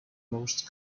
most